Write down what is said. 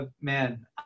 Man